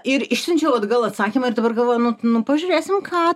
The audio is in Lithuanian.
ir išsiunčiau atgal atsakymą ir dabar galvoju nu nu pažiūrėsim ką